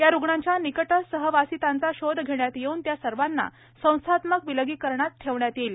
या रुग्णांच्या निकट सहवासितांचा शोध घेण्यात येऊन त्या सर्वांना संस्थात्मक विलगीकरणात ठेवण्यात येईल